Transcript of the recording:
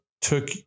took